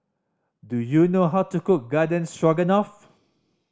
do you know how to cook Garden Stroganoff